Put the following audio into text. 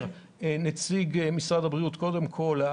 אומר נציג משרד הבריאות: קודם כול,